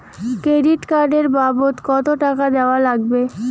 Credit card এর বাবদ কতো টাকা দেওয়া লাগবে?